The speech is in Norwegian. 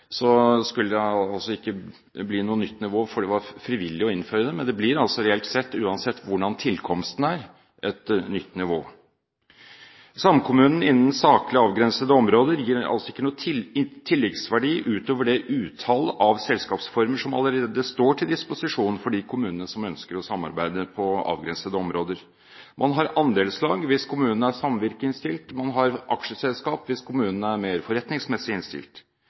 skulle det altså ikke bli noe nytt nivå, for det var frivillig å innføre det, men det blir altså reelt sett, uansett hvordan tilkomsten er, et nytt nivå. Samkommunen innen saklig avgrensede områder gir altså ikke noen tilleggsverdi utover det utall av selskapsformer som allerede står til disposisjon for de kommunene som ønsker å samarbeide på avgrensede områder. Man har andelslag hvis kommunen er samvirkeinnstilt, man har aksjeselskap hvis kommunen er mer forretningsmessig innstilt.